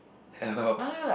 help